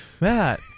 Matt